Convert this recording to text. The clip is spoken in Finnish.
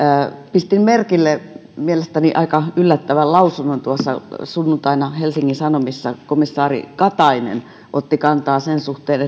pistin merkille mielestäni aika yllättävän lausunnon sunnuntaina helsingin sanomissa komissaari katainen otti kantaa yhteisvastuun suhteen